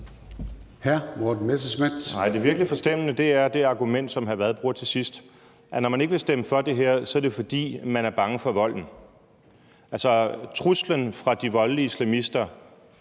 det virkelig forstemmende er det argument, som hr. Frederik Vad bruger til sidst. Når man ikke vil stemme for det her, er det, fordi man er bange for volden. Truslen fra de voldelige islamister